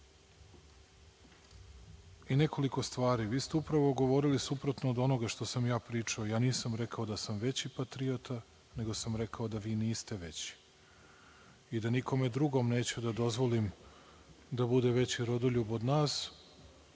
stvari. Upravo ste govorili suprotno od onoga što sam ja pričao. Ja nisam rekao da sam veći patriota, nego sam rekao da vi niste veći i da nikome drugom neću da dozvolim da bude veći rodoljub od nas